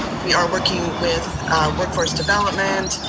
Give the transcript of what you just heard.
we are working with work force development,